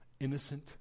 innocent